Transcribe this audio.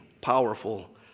powerful